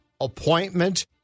appointment